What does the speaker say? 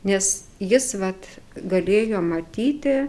nes jis vat galėjo matyti